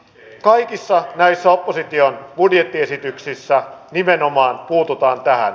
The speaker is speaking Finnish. kaikissa näissä opposition budjettiesityksissä nimenomaan puututaan tähän